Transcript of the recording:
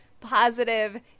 positive